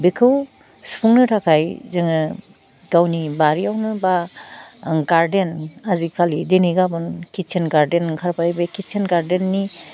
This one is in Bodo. बिखौ सुफुंनो थाखाय जोङो गावनि बारियावनो बा ओह गार्डेन आजिखालि दिनै गाबोन किदसोन गार्डेन ओंखारबाय बे किदसोन गार्डेननि